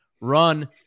run